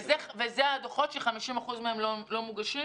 אלה הדוחות ש-50% מהם לא מוגשים?